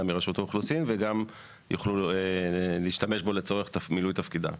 מרשות האוכלוסין וגם יוכלו להשתמש בו לצורך מילוי תפקידם.